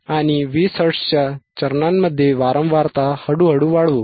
आणि 20 हर्ट्झच्या चरणांमध्ये वारंवारता हळूहळू वाढवू